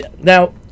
Now